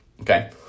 okay